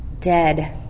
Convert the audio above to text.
dead